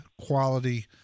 quality